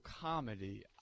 comedy